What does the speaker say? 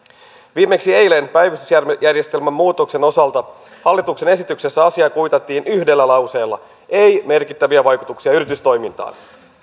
viimeksi eilen päivystysjärjestelmän muutoksen osalta hallituksen esityksessä asia kuitattiin yhdellä lauseella ei merkittäviä vaikutuksia yritystoimintaan